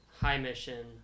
high-mission